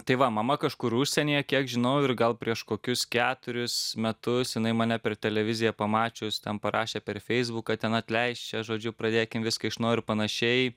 tai va mama kažkur užsienyje kiek žinau ir gal prieš kokius keturis metus jinai mane per televiziją pamačius ten parašė per feisbuką ten atleisk čia žodžiu pradėkim viską iš naujo ir panašiai